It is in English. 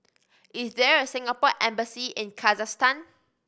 is there a Singapore Embassy in Kazakhstan